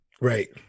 Right